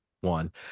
one